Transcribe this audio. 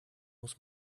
muss